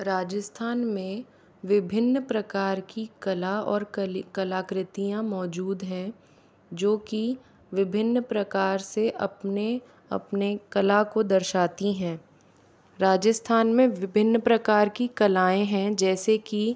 राजस्थान में विभिन्न प्रकार की कला और कली कलाकृतियाँ मौजूद हैं जो कि विभिन्न प्रकार से अपने अपने कला को दर्शाती हैं राजस्थान में विभिन्न प्रकार की कलाएँ हैं जैसे कि